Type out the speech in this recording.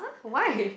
why